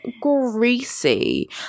greasy